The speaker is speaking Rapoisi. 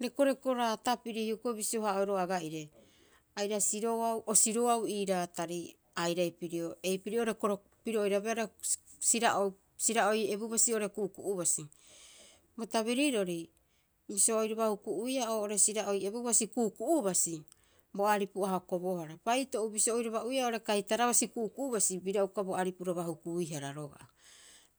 Rekoreko raata piri hioko'i bisio- haa'oeroo aga'ire, aira siroau, o siroau ii raatari airai pirio, ei piri'oo rekoreko piro oirabeea reko sira'oi, sira'oi ebubasi oo'ore ku'uku'u basi. Bo tabirirori bisio oiraba huku'uiia oo'ore sira'oi ebu basi ku'uku'u basi, bo aripu a hokobohara. Paito'u bisio oiraba'uiia oo'ore kaitara basi ku'uku'u basi, bira uka bo aripuraba hukuihara roga'a.